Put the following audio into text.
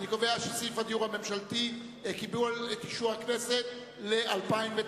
אני קובע שסעיף הדיור הממשלתי קיבל את אישור הכנסת ל-2009.